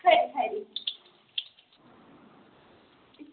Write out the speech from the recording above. खरी खरी